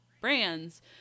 brands